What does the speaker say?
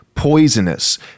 poisonous